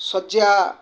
ଶଯ୍ୟା